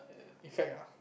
in fact ah